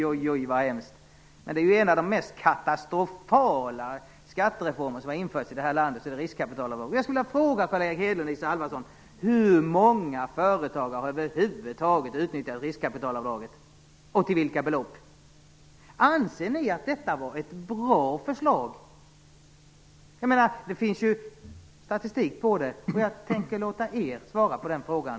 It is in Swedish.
Oj, oj, så hemskt! Men det ju en av de mest katastrofala skattereformer som har införts i det här landet! Jag skulle vilja fråga Carl Erik Hedlund och Isa Halvarsson: Hur många företag har över huvud taget utnyttjat riskkapitalavdraget och till vilka belopp? Anser ni att detta var ett bra förslag? Det finns ju statistik på det, och jag tänker låta er svara på den frågan.